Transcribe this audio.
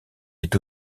est